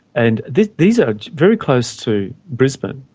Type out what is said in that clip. and these these are very close to brisbane.